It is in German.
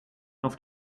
auf